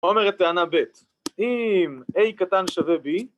אומר את טענה ב', אם a קטן שווה b